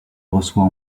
reçoit